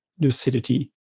lucidity